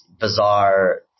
bizarre